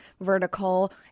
vertical